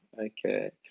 Okay